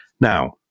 Now